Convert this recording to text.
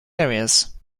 areas